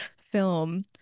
film